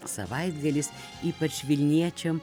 savaitgalis ypač vilniečiam